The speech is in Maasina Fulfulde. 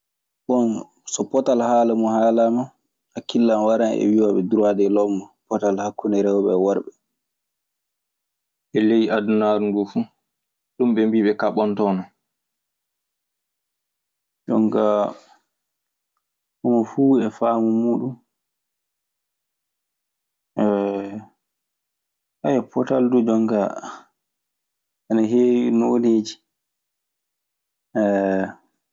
So potal haala muuɗun haalaama, hakilan waran e wi'ooɓe dura de lom. Potal hakkunde rewɓe e worɓe. E ley adunaaru nduu fu, ɗum ɓe mbii ɓe kaɓonto non. Jonkaa homo fuu e faamu muuɗun. Potal duu jonkaa ana heewi nooneeji.